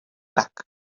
back